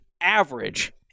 average